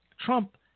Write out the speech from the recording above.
Trump